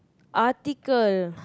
article